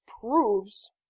proves